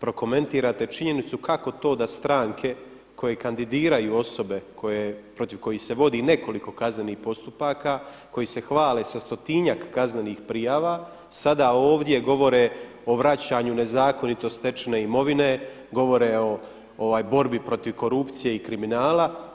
prokomentirate činjenicu kako to da stranke koje kandidiraju osobe protiv kojih se vodi nekoliko kaznenih postupaka, koji se hvale sa stotinjak kaznenih prijava sada ovdje govore o vraćanju nezakonito stečene imovine, govore o borbi protiv korupcije i kriminala.